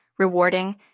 rewarding